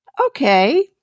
Okay